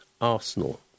Arsenal